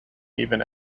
even